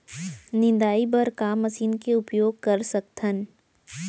निंदाई बर का मशीन के उपयोग कर सकथन?